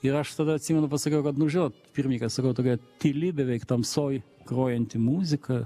ir aš tada atsimenu pasakiau kad nu žinot pirmininkas sakau tokia tyli beveik tamsoj grojanti muzika